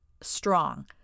strong